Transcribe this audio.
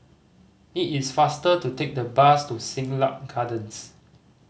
it is faster to take the bus to Siglap Gardens